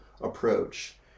approach